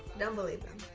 don't believe them.